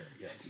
Yes